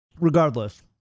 Regardless